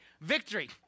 Victory